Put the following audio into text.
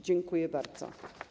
Dziękuję bardzo.